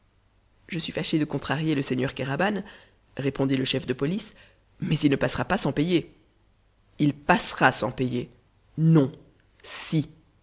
je suis fâché de contrarier le seigneur kéraban répondit le chef de police mais il ne passera pas sans payer il passera sans payer non si